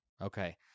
Okay